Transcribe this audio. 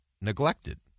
neglected